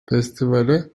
festivale